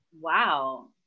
wow